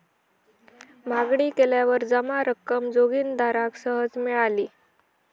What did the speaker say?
मागणी केल्यावर जमा रक्कम जोगिंदराक सहज मिळाली